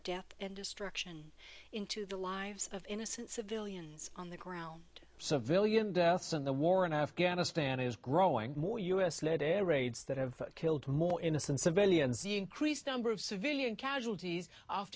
death and destruction into the lives of innocent civilians on the ground civilian deaths in the war in afghanistan is growing more u s led air raids that have killed more innocent civilians increased number of civilian casualties